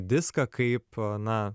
diską kaip na